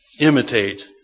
imitate